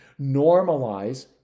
Normalize